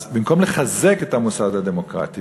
אז במקום לחזק את המוסד הדמוקרטי,